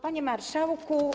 Panie Marszałku!